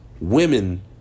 women